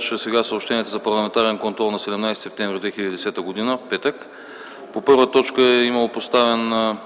със съобщенията за парламентарен контрол на 17 септември 2010 г., петък: 1. Имало е поставен